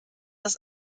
das